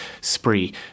spree